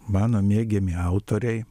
mano mėgiami autoriai